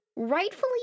Rightfully